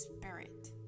spirit